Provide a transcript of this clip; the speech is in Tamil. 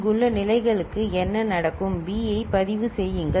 இங்குள்ள நிலைகளுக்கு என்ன நடக்கும் B ஐ பதிவு செய்யுங்கள்